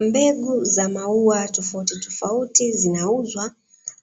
Mbegu za mauwa tofautitofauti zinauzwa